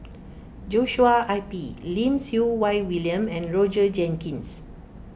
Joshua Ip Lim Siew Wai William and Roger Jenkins